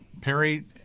Perry